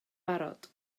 barod